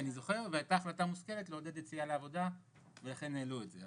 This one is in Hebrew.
הייתה החלטה מושכלת לעודד יציאה לעבודה ולכן העלו את זה.